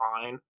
fine